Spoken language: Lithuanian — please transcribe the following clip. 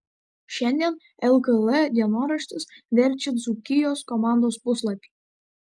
šiandien lkl dienoraštis verčia dzūkijos komandos puslapį